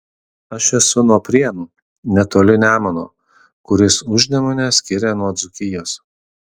aš esu nuo prienų netoli nemuno kuris užnemunę skiria nuo dzūkijos